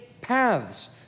paths